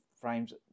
frames